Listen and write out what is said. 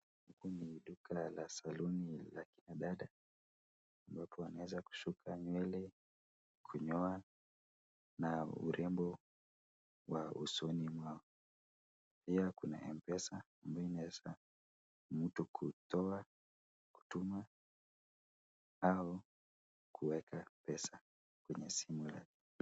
Huku ni duka la saluni la akina dada, wanaweza kusukwa nywele, kunyoa na urembo wa usoni mwao. Pia kuna empesa ambaye inaweza mtu kutoa, kutuma au kuweka pesa kwenye simu yake.